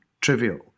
trivial